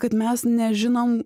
kad mes nežinom